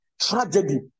tragedy